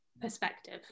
perspective